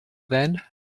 then